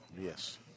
Yes